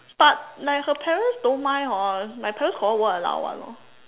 but like her parents don't mind hor my parents confirm won't allow [one] orh